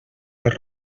per